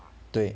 对